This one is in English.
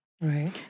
Right